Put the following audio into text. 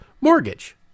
mortgage